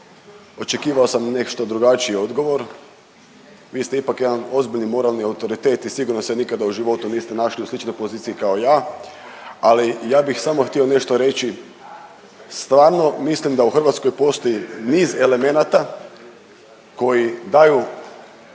očekivao sam nešto drugačiji odgovor. Vi ste ipak jedan ozbiljni moralni autoritet i sigurno se nikada u životu niste našli u sličnoj poziciji kao ja, ali ja bih samo htio nešto reći. Stvarno mislim da u Hrvatskoj postoji niz elemenata koji daju